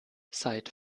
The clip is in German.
seit